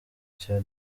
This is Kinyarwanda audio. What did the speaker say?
cya